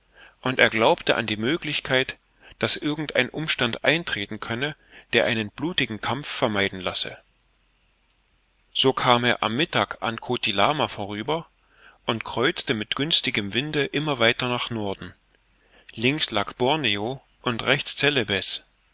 und er glaubte an die möglichkeit daß irgend ein umstand eintreten könne der einen blutigen kampf vermeiden lasse so kam er am mittag an koti lama vorüber und kreuzte mit günstigem winde immer weiter nach norden links lag borneo und rechts